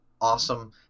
awesome